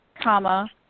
comma